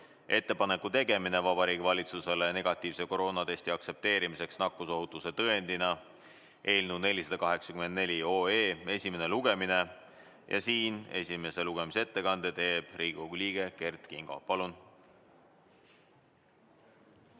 "Ettepaneku tegemine Vabariigi Valitsusele "Negatiivse koroonatesti aktsepteerimiseks nakkusohutuse tõendina"" eelnõu 484 esimene lugemine. Esimese lugemise ettekande teeb Riigikogu liige Kert Kingo. Palun!